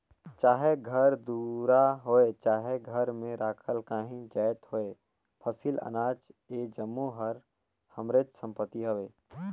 चाहे घर दुरा होए चहे घर में राखल काहीं जाएत होए फसिल, अनाज ए जम्मो हर हमरेच संपत्ति हवे